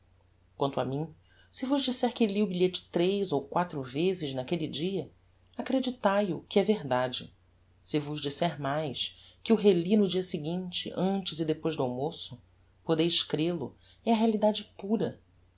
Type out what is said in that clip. quanto a mim se vos disser que li o bilhete tres ou quatro vezes naquelle dia accreditai o que é verdade se vos disser mais que o reli no dia seguinte antes e depois do almoço podeis crel o é a realidade pura